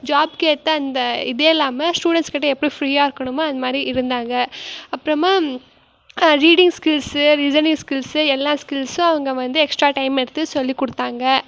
ஜாப்புக்கு ஏற்ற அந்த இதே இல்லாமல் ஸ்டூடண்ட்ஸுக்கிட்ட எப்படி ஃப்ரீயாக இருக்கணுமோ அந்தமாதிரி இருந்தாங்க அப்புறமா ரீடிங் ஸ்கில்ஸூ லிசனிங் ஸ்கில்ஸூ எல்லா ஸ்கில்ஸூம் அவங்க வந்து எக்ஸ்ட்ரா டைம் எடுத்து சொல்லிக் கொடுத்தாங்க